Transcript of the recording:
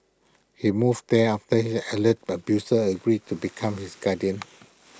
he moved there after he alleged abuser agreed to become his guardian